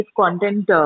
content